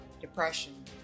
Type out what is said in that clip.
Depression